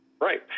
Right